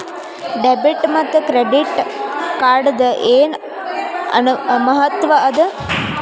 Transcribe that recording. Debit ಮತ್ತ credit ಕಾರ್ಡದ್ ಏನ್ ಮಹತ್ವ ಅದ?